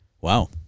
Wow